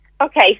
Okay